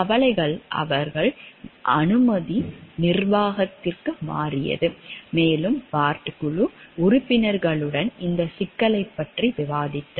கவலைகள் அவர்கள் அனுமதி நிர்வாகத்திற்கு மாறியது மேலும் பார்ட் குழு உறுப்பினர்களுடன் இந்த சிக்கல்களைப் பற்றி விவாதித்தது